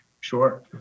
Sure